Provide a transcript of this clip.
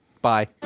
Bye